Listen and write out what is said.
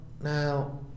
now